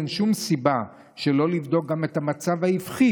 אין שום סיבה שלא לבדוק גם את המצב ההפוך,